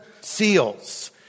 seals